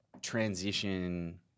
transition